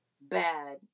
bad